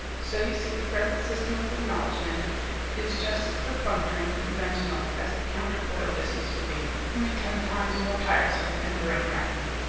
so you see the present system of acknowledgment is just as perfunctory and conventional as the counterfoil business would be, only ten times more tiresome and brain-racking.